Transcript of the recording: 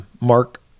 mark